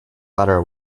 letter